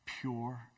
pure